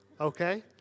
okay